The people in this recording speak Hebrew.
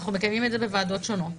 אנחנו מקיימים את זה בוועדות שונות,